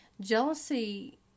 Jealousy